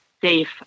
safe